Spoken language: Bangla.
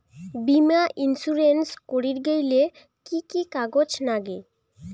বীমা ইন্সুরেন্স করির গেইলে কি কি কাগজ নাগে?